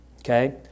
Okay